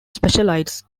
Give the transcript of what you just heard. specialized